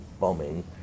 bombing